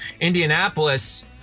Indianapolis